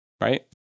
right